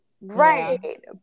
Right